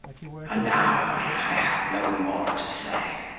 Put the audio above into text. and now i have no more to say,